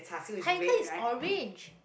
tiger is orange